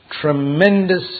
tremendous